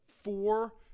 four